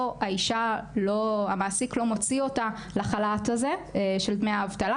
פה המעסיק לא מוציא את האישה לחל"ת הזה של דמי אבטלה.